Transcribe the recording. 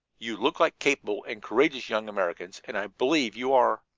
you look like capable and courageous young americans, and i believe you are.